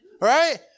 right